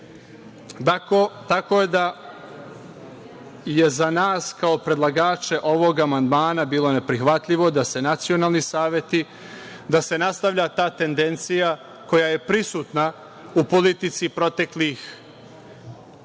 da je za nas kao predlagače ovog amandmana bilo neprihvatljivo da se nacionalni saveti, da se nastavlja ta tendencija koja je prisutna u politici proteklih